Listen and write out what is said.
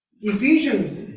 Ephesians